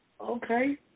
Okay